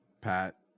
Pat